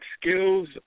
skills